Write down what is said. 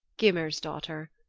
gymer's daughter.